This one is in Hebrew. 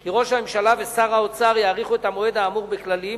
כי ראש הממשלה ושר האוצר יאריכו את המועד האמור בכללים,